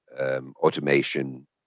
automation